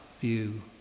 view